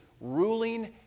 ruling